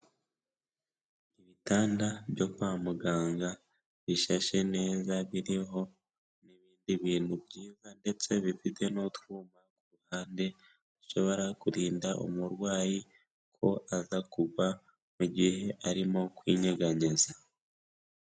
Ibitanda byo kwa muganga bishashe neza, biriho n'ibindi bintu byiza ndetse bifite n'utwuma ku ruhande dushobora kurinda umurwayi ko aza kugwa mu gihe arimo kwinyeganyeza.